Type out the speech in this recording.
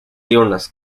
diurnas